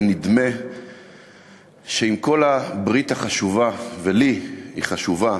ונדמה שעם כל הברית החשובה, לי היא חשובה,